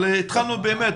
אבל התחלנו באמת,